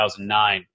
2009